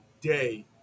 day